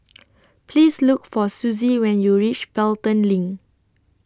Please Look For Suzie when YOU REACH Pelton LINK